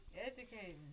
Educating